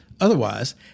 Otherwise